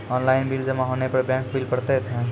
Online bill जमा होने पर बैंक बिल पड़तैत हैं?